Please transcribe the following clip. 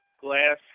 glass